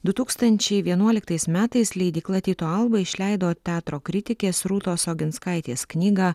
du tūkstančiai vienuoliktais metais leidykla tyto alba išleido teatro kritikės rūtos oginskaitės knygą